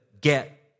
get